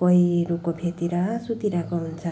कोही रुखको फेदतिर सुतिरहेको हुन्छ